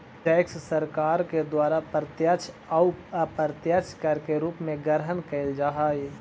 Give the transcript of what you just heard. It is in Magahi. टैक्स सरकार के द्वारा प्रत्यक्ष अउ अप्रत्यक्ष कर के रूप में ग्रहण कैल जा हई